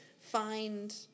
find